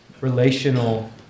relational